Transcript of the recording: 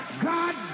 God